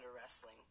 wrestling